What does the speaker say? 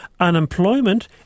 Unemployment